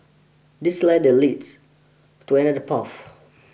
this ladder leads to another path